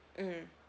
mm